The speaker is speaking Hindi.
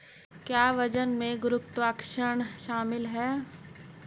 क्या वजन में गुरुत्वाकर्षण शामिल है?